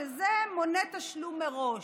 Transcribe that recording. שזה מונה תשלום מראש.